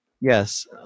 Yes